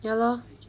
ya lor